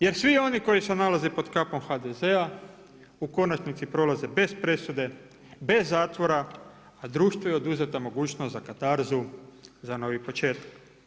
Jer svi oni koji se nalaze pod kapom HDZ-a u konačnici prolaze bez presude, bez zatvora, a društvu je oduzeta mogućnost za katarzu, za novi početak.